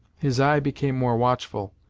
his eye became more watchful,